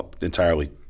entirely